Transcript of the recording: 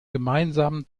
gemeinsamen